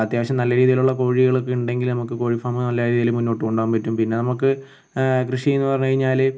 അത്യാവശ്യം നല്ല രീതിയിലുള്ള കോഴികളൊക്കെ ഉണ്ടെങ്കിൽ നമുക്ക് കോഴി ഫാമ് നല്ല രീതിയിൽ മുന്നോട്ട് കൊണ്ടുപോകാൻ പറ്റും പിന്നെ നമുക്ക് കൃഷീന്ന് പറഞ്ഞ് കഴിഞ്ഞാൽ